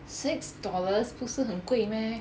six dollars 不是很贵 meh